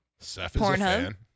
Pornhub